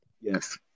yes